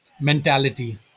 mentality